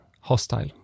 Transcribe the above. hostile